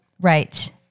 Right